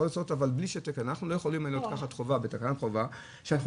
אנחנו לא יכולים לעשות בתקנת חובה כשאנחנו